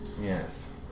Yes